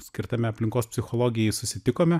skirtame aplinkos psichologijai susitikome